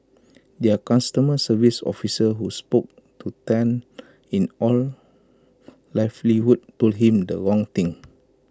their customer service officer who spoke to Tan in all likelihood told him the wrong thing